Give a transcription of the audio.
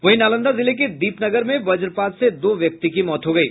वहीं नालंदा जिले के दीपनगर में वज्रपात से दो व्यक्ति की मौत हो गयी